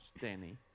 Danny